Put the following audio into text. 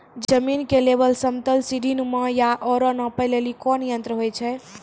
जमीन के लेवल समतल सीढी नुमा या औरो नापै लेली कोन यंत्र होय छै?